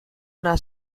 una